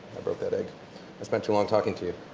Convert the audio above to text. broke that egg. i spent too long talking to you.